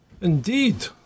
indeed